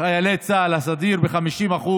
חיילי צה"ל בסדיר ב-50%,